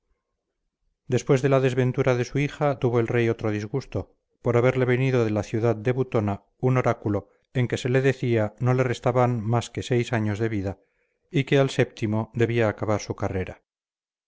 después de la desventura de su hija tuvo el rey otro disgusto por haberle venido de la ciudad de butona un oráculo en que se le decía no le restaban más que seis años de vida y que al sétimo debía acabar su carrera